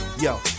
yo